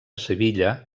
sevilla